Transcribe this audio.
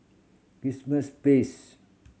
Kismis Place